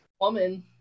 woman